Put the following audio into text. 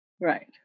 Right